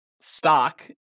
stock